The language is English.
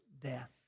death